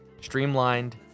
streamlined